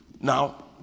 Now